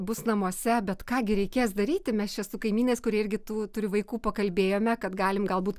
bus namuose bet ką gi reikės daryti mes čia su kaimynais kurie irgi tų turi vaikų pakalbėjome kad galim galbūt